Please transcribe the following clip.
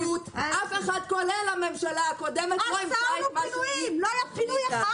כולל הממשלה הקודמת לא --- לא היה פינוי אחד.